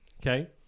okay